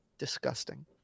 disgusting